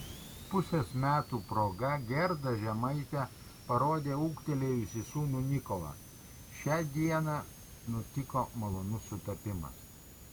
pusės metų proga gerda žemaitė parodė ūgtelėjusį sūnų nikolą šią dieną nutiko malonus sutapimas